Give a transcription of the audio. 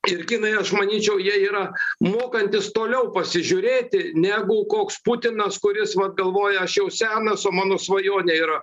ir kinai aš manyčiau jie yra mokantys toliau pasižiūrėti negu koks putinas kuris vat galvoja aš jau senas o mano svajonė yra